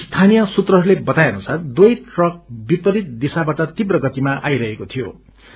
स्थानीय सूत्रहरूले बताए अनुार दुवै ट्रक विपरीत दिशाबाट तीव्र गतिमा आइरहेको शिियो